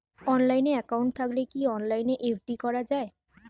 Online account থাকলে কি অনলাইনে এফ.ডি করা যায়?